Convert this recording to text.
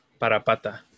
Parapata